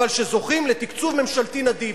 אבל שזוכים לתקצוב ממשלתי נדיב.